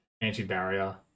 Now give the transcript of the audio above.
anti-barrier